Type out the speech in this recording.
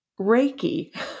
Reiki